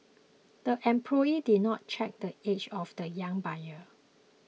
the employee did not check the age of the young buyer